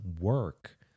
work